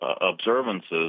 observances